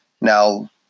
Now